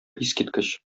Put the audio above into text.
искиткеч